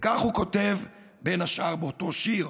וכך הוא כותב בין השאר באותו שיר: